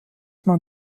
man